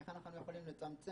איך אנחנו יכולים לצמצם.